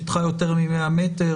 שטחה יותר מ-100 מטרים,